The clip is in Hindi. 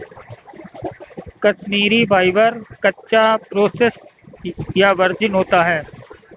कश्मीरी फाइबर, कच्चा, प्रोसेस्ड या वर्जिन होता है